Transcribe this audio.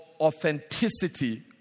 authenticity